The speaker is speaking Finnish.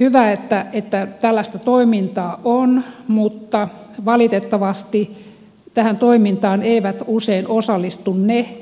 hyvä että tällaista toimintaa on mutta valitettavasti tähän toimintaan eivät usein osallistu ne